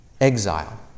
Exile